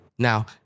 Now